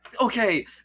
Okay